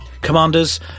Commanders